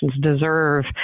deserve